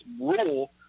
rule